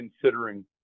considering